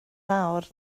nawr